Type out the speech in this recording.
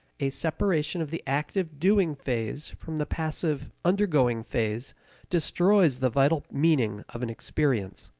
a separation of the active doing phase from the passive undergoing phase destroys the vital meaning of an experience.